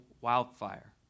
wildfire